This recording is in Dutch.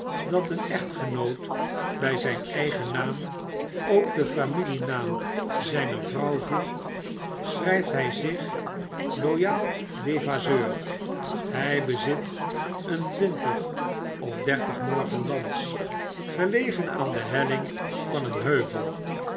dat een echtgenoot by zyn eigen naam ook de familienaam zyner vrouw voegt schryft by zich loyal devasseur hy bezit een twintig of dertig morgen lands gelegen aan de helling van een heuvel